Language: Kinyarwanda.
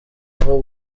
aho